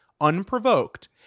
unprovoked